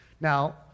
Now